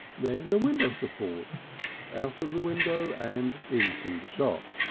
then a window support out of the window and into the shop.